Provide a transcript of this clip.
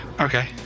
Okay